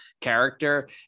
character